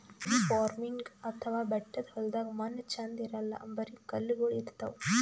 hill farming ಅಥವಾ ಬೆಟ್ಟದ್ ಹೊಲ್ದಾಗ ಮಣ್ಣ್ ಛಂದ್ ಇರಲ್ಲ್ ಬರಿ ಕಲ್ಲಗೋಳ್ ಇರ್ತವ್